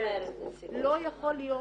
לא יכול להיות